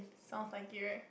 sounds like it right